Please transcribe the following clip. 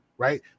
Right